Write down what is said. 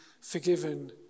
forgiven